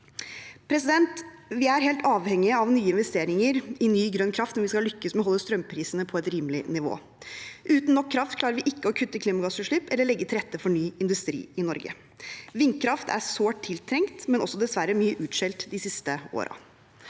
år. Vi er helt avhengige av nye investeringer i ny, grønn kraft om vi skal lykkes med å holde strømprisene på et rimelig nivå. Uten nok kraft klarer vi ikke å kutte i klimagassutslipp eller legge til rette for ny industri i Norge. Vindkraft er sårt tiltrengt, men også dessverre mye utskjelt de siste årene.